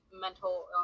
mental